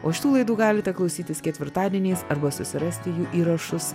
o šitų laidų galite klausytis ketvirtadieniais arba susirasti jų įrašus